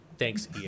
Thanks